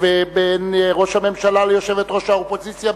בין ראש הממשלה ליושבת-ראש האופוזיציה,